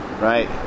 Right